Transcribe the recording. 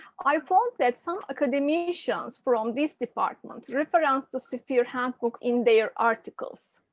i found that some academicians from these departments referenced the sphere handbook in their articles,